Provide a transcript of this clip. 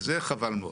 וזה חבל מאוד.